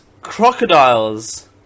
crocodiles